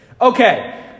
Okay